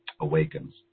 Awakens